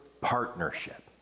partnership